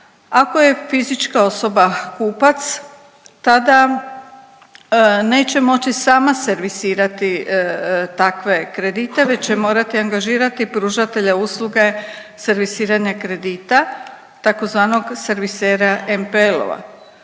ako je fizička osoba kupac tada neće moći sama servisirati takve kredite već će morati angažirati pružatelja usluge servisiranja kredita, tzv. servisera MPL-ova.